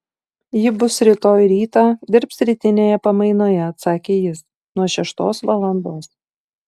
ji bus rytoj rytą dirbs rytinėje pamainoje atsakė jis nuo šeštos valandos